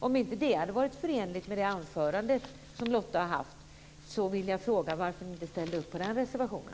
Om inte det är förenligt med det anförande som Lotta Nilsson-Hedström har haft, undrar jag varför ni inte har ställt upp på den reservationen.